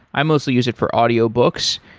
i mostly use it for audiobooks.